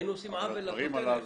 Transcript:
היינו עושים עוול לכותרת.